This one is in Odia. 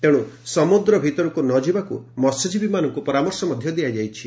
ତେଣୁ ସମୁଦ୍ର ଭିତରକୁ ନ ଯିବାକୁ ମହ୍ୟଜୀବୀମାନଙ୍କୁ ପରାମର୍ଶ ଦିଆଯାଇଛି